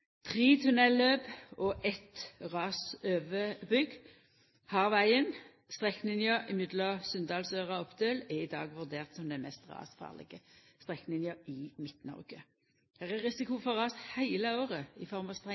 Tre tunnelløp og eitt rasoverbygg har vegen. Strekninga mellom Sunndalsøra og Oppdøl er i dag vurdert som den mest rasfarlege strekninga i Midt-Noreg. Det er risiko for ras heile året, i form av